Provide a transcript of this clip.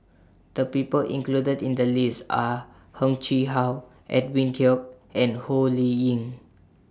The People included in The list Are Heng Chee How Edwin Koek and Ho Lee Ling